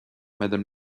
madame